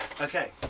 Okay